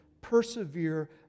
persevere